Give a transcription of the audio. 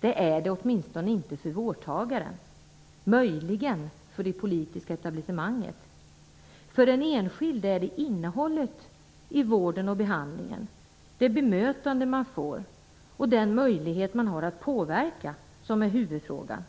Det är den åtminstone inte för vårdtagarna, möjligen för det politiska etablissemanget. För den enskilde är det innehållet i vården och behandlingen, det bemötande man får och den möjlighet man har att påverka som är huvudfrågan,